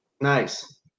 Nice